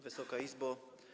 Wysoka Izbo!